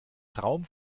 traum